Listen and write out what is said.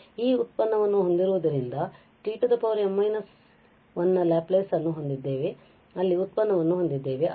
ಆದ್ದರಿಂದ ಈ ಉತ್ಪನ್ನವನ್ನು ಹೊಂದಿರುವುದರಿಂದ ನಾವು t m−1 ನ ಲ್ಯಾಪ್ಲೇಸ್ ಅನ್ನು ಹೊಂದಿದ್ದೇವೆ ಮತ್ತು ನಾವು ಅಲ್ಲಿ ಉತ್ಪನ್ನವನ್ನು ಹೊಂದಿದ್ದೇವೆ